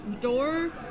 Door